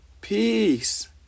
Peace